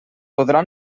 podrà